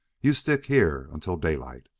you stick here until daylight.